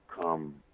come –